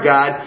God